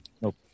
Nope